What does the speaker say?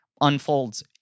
unfolds